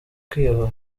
kwiyahura